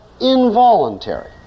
involuntary